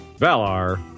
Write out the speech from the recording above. Valar